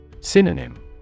Synonym